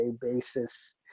basis